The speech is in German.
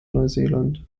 neuseeland